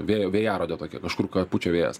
vėjo vėjarodė tokia kažkur ką pučia vėjas